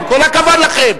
עם כל הכבוד לכם,